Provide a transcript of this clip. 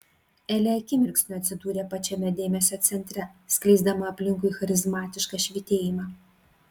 elė akimirksniu atsidūrė pačiame dėmesio centre skleisdama aplinkui charizmatišką švytėjimą